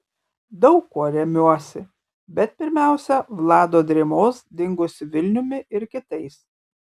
daug kuo remiuosi bet pirmiausia vlado drėmos dingusiu vilniumi ir kitais